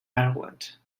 ireland